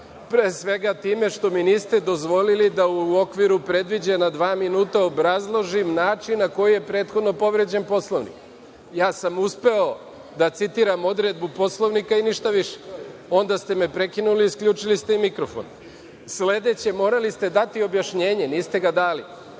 pre svega time što mi niste dozvolili da u okviru predviđena dva minuta obrazložim način na koji je prethodno povređen Poslovnik. Ja sam uspeo da citiram odredbu Poslovnika i ništa više. Onda ste me prekinuli i isključili ste mi mikrofon. Sledeće, morali ste dati objašnjenje, niste ga dali. Treća